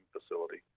facility